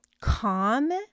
calm